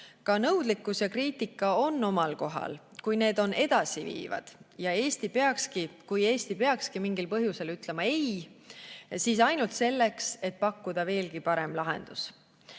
Ka nõudlikkus ja kriitika on omal kohal, kui need on edasiviivad. Ja kui Eesti peaks mingil põhjusel ütlema ei, siis ainult selleks, et pakkuda veelgi parem lahendus. Eesti